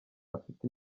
afite